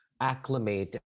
acclimate